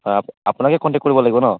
আপোনাকে কণ্টেক কৰিব লাগিব ন'